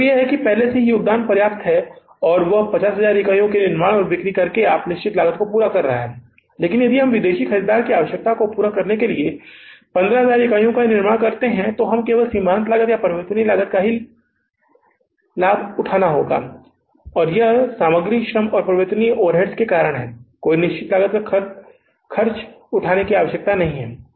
इसका मतलब है कि पहले से ही योगदान पर्याप्त है और वह 50000 इकाइयों का निर्माण और बिक्री करके भी निश्चित लागत को पूरा कर रहा है लेकिन यदि हम विदेशी ख़रीदार की आवश्यकता को पूरा करने के लिए 15000 इकाइयों का निर्माण करते हैं तो हमें केवल सीमांत लागत या परिवर्तनीय लागत का ही लाभ उठाना होगा यह सामग्री श्रम और परिवर्तनीय ओवरहेड्स के कारण है कोई निश्चित लागत खर्च करने की आवश्यकता नहीं है